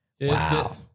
wow